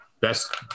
best